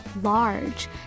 large